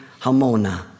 Hamona